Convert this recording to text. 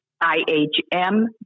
I-H-M